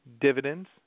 dividends